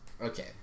Okay